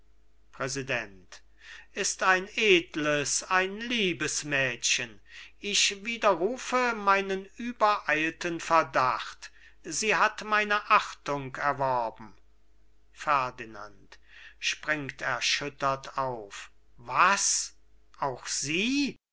vater präsident ist ein edles ein liebes mädchen ich widerrufe meinen übereilten verdacht sie hat meine achtung erworben ferdinand springt erschüttert auf was auch sie